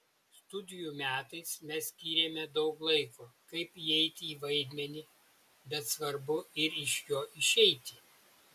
studijų metais mes skyrėme daug laiko kaip įeiti į vaidmenį bet svarbu ir iš jo išeiti